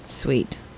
sweet